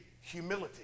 humility